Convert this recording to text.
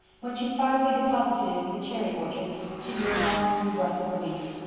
when she finally deposited it in the cherry orchard she drew a long breath of relief.